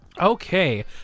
okay